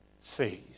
Faith